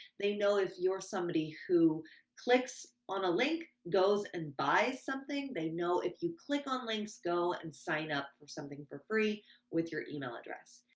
they know if you're somebody who clicks on a link, goes and buys something. they know if you click on links, go and sign up for something for free with your email address.